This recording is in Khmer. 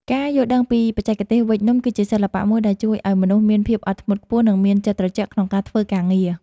ការយល់ដឹងពីបច្ចេកទេសវេចនំគឺជាសិល្បៈមួយដែលជួយឱ្យមនុស្សមានភាពអត់ធ្មត់ខ្ពស់ និង មានចិត្តត្រជាក់ក្នុងការធ្វើការងារ។